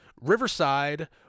Riverside